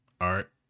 art